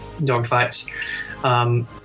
dogfights